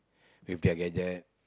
with their gadget